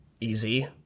easy